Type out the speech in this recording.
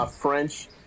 French